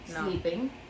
sleeping